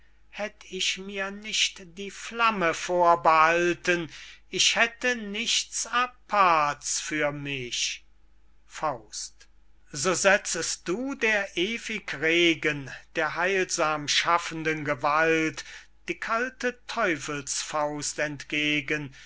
hätt ich mir nicht die flamme vorbehalten ich hätte nichts apart's für mich so setzest du der ewig regen der heilsam schaffenden gewalt die kalte teufelsfaust entgegen